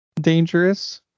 dangerous